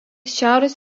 šiaurės